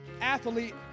athlete